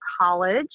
college